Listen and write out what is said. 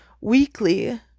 weekly